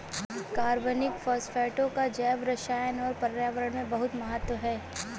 कार्बनिक फास्फेटों का जैवरसायन और पर्यावरण में बहुत महत्व है